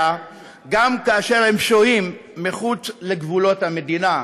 גם כאשר הם שוהים מחוץ לגבולות המדינה,